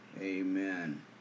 Amen